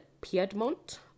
Piedmont